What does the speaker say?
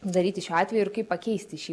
daryti šiuo atveju ir kaip pakeisti šį